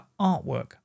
artwork